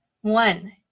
One